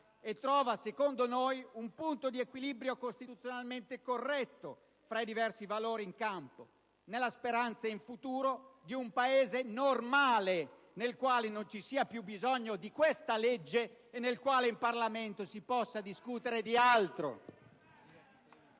E trova secondo noi un punto di equilibrio costituzionalmente corretto tra i diversi valori in campo, nella speranza in futuro di un Paese normale, nel quale non ci sia più bisogno di questa legge e nel quale in Parlamento si possa discutere di altro.